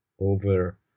over